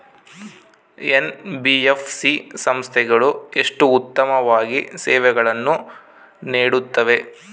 NBFC ಸಂಸ್ಥೆಗಳು ಎಷ್ಟು ಉತ್ತಮವಾಗಿ ಸೇವೆಯನ್ನು ನೇಡುತ್ತವೆ?